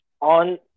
on